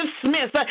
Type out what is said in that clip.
Smith